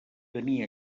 tenir